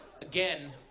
Again